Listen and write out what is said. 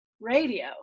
radio